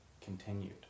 continued